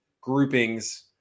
groupings